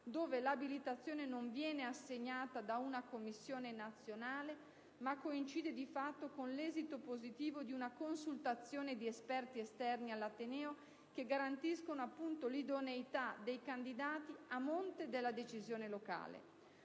dove l'abilitazione non viene assegnata da una Commissione nazionale ma coincide di fatto con l'esito positivo di una consultazione di esperti esterni all'ateneo che garantiscono appunto l'idoneità dei candidati a monte della decisione locale.